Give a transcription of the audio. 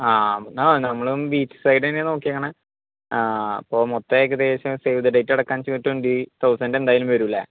ആ അതാണ് നമ്മളും ബീച്ച് സൈഡ് തന്നെയാണ് നോക്കിയിരിക്കുന്നത് അപ്പോൾ മൊത്തം ഏകദേശം സേവ് ദ ഡേറ്റ് അടക്കം ട്വൻറ്റി തൗസൻഡ് എന്തായാലും വരും അല്ലേ